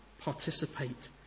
Participate